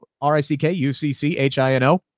r-i-c-k-u-c-c-h-i-n-o